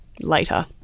later